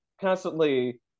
constantly